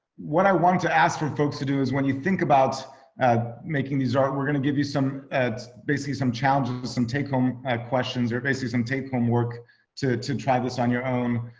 what i want to ask for folks to do is when you think about making these art, we're gonna give you some ads, basically some challenges, some take home questions or basically some tape homework to to try this on your own.